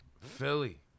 Philly